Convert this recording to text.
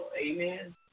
Amen